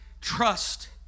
trust